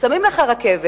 שמים לך רכבת,